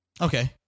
Okay